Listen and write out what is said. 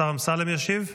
השר אמסלם ישיב?